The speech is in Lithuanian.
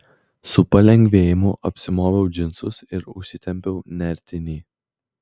su palengvėjimu apsimoviau džinsus ir užsitempiau nertinį